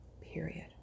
period